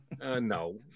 No